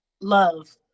love